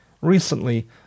Recently